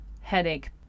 headache